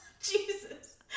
Jesus